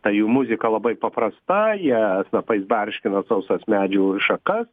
ta jų muzika labai paprasta jie snapais barškina sausas medžių šakas